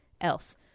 else